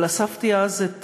אבל אספתי אז את